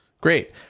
Great